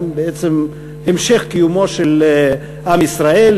גם בעצם המשך קיומו של עם ישראל,